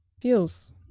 Feels